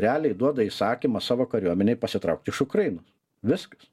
realiai duoda įsakymą savo kariuomenei pasitraukt iš ukrainos viskas